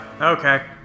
Okay